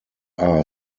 are